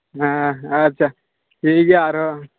ᱦᱮᱸ ᱟᱪᱪᱷᱟ ᱴᱷᱤᱠᱜᱮᱭᱟ ᱟᱨᱚ